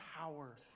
power